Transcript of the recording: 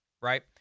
right